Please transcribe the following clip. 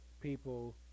people